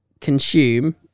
consume